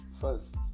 First